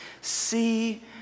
See